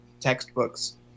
textbooks